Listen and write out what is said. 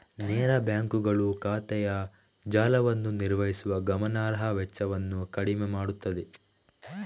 ನೇರ ಬ್ಯಾಂಕುಗಳು ಶಾಖೆಯ ಜಾಲವನ್ನು ನಿರ್ವಹಿಸುವ ಗಮನಾರ್ಹ ವೆಚ್ಚವನ್ನು ಕಡಿಮೆ ಮಾಡುತ್ತವೆ